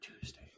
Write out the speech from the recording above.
tuesday